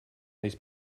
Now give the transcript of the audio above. these